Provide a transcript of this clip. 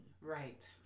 Right